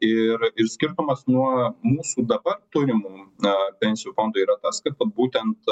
ir ir skirtumas nuo mūsų dabar turimų a pensijų fondų yra tas kad vat būtent